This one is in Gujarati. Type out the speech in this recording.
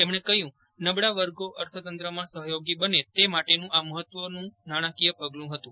તેમજ્ઞે કહ્યું નબળા વર્ગો અર્થતંત્રમાં સહયોગી બને તે માટેનું આ મહત્વનું નાશાંકીય પગલું હતું